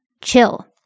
chill